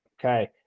Okay